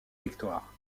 victoire